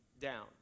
down